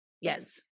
Yes